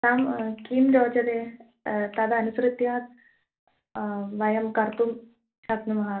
आं किं रोचते तदनुसृत्य वयं कर्तुं शक्नुमः